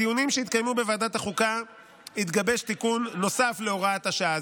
בדיונים שהתקיימו בוועדת החוקה התגבש תיקון נוסף להוראת השעה,